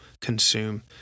consume